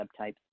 subtypes